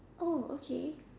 oh okay